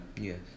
Yes